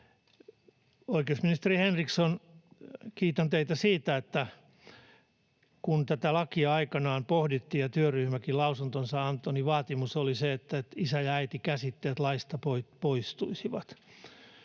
Oikeusministeri Henriksson, kiitän teitä siitä, että kun tätä lakia aikanaan pohdittiin ja työryhmäkin lausuntonsa antoi, niin vaatimus oli se, että isä- ja äiti-käsitteet laista poistuisivat.